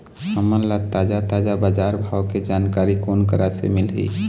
हमन ला ताजा ताजा बजार भाव के जानकारी कोन करा से मिलही?